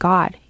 God